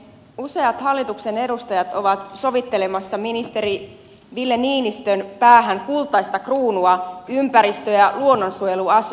useat hallituksen edustajat ovat sovittelemassa ministeri ville niinistön päähän kultaista kruunua ympäristö ja luonnonsuojeluasioissa